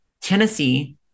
Tennessee